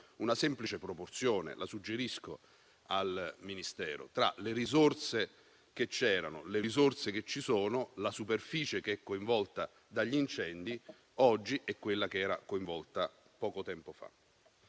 una semplice proporzione - come suggerisco al Ministero - tra le risorse che c'erano, quelle che ci sono, la superficie che è coinvolta dagli incendi oggi e quella che era coinvolta poco tempo fa.